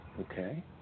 Okay